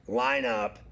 lineup